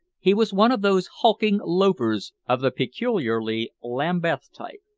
he was one of those hulking loafers of the peculiarly lambeth type.